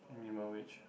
minimal wage